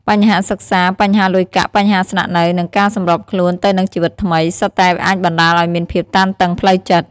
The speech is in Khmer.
បញ្ហាសិក្សា បញ្ហាលុយកាក់ បញ្ហាស្នាក់នៅ និងការសម្របខ្លួនទៅនឹងជីវិតថ្មី សុទ្ធតែអាចបណ្ដាលឲ្យមានភាពតានតឹងផ្លូវចិត្ត។